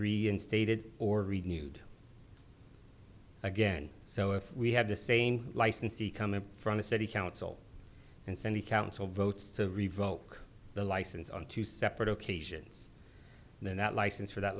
reinstated or renewed again so if we have the same licensee come in from the city council and send the council votes to revoke the license on two separate occasions then that license for that